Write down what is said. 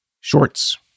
Shorts